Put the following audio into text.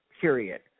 period